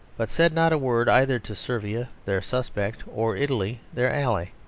but said not a word either to servia their suspect or italy their ally.